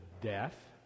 death